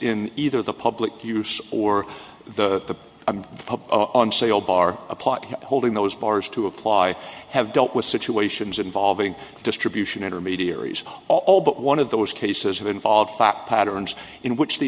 in either the public use or the i'm on sale bar a plot holding those bars to apply have dealt with situations involving distribution intermediaries all but one of those cases of involved fact patterns in which the